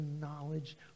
knowledge